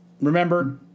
remember